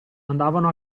andavano